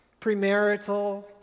Premarital